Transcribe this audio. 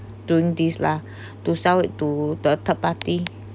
don't this lah to sell it to the third party